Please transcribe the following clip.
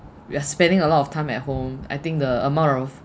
we are spending a lot of time at home I think the amount of